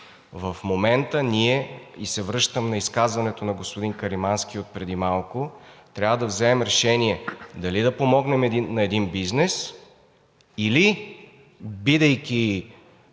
В момента ние се връщаме на изказването на господин Каримански отпреди малко, трябва да вземем решение дали да помогнем на един бизнес, или, бидейки